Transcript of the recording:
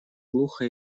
глухо